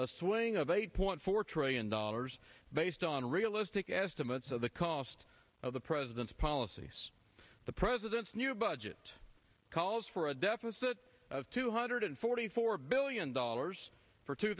a swing of eight point four trillion dollars based on realistic estimates of the cost of the president's policies the president's new budget calls for a deficit of two hundred forty four billion dollars for two